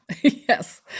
Yes